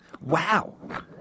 Wow